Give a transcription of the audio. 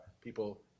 people